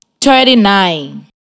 thirty-nine